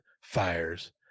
fires